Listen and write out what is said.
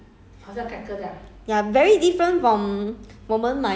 no but the make itself is crispy